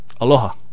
Aloha